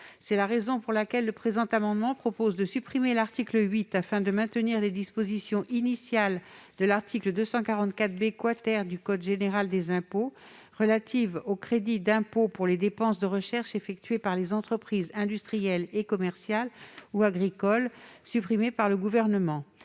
C'est la raison pour laquelle le présent amendement vise à supprimer l'article 8, afin de maintenir les dispositions initiales de l'article 244 B du code général des impôts relatives au crédit d'impôt pour les dépenses de recherche effectuées par les entreprises industrielles et commerciales ou agricoles, supprimées par le Gouvernement,